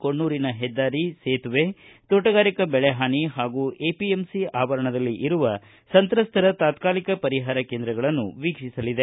ಕೊಣ್ಣೂರಿನ ಹೆದ್ದಾರಿ ಸೇತುವೆ ಮನೆ ತೋಟಗಾರಿಕೆ ಬೆಳೆ ಹಾನಿ ಹಾಗೂ ಎಪಿಎಂಸಿ ಆವರಣದಲ್ಲಿ ಇರುವ ಸಂತ್ರಸ್ತರ ತಾತಾಲಿಕ ಪರಿಹಾರ ಕೇಂದ್ರಗಳನ್ನು ವೀಕ್ಷಿಸಲಿದೆ